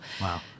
Wow